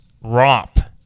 romp